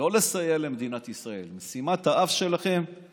לא לסייע למדינת ישראל, משימת האב שלכם היא